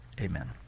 amen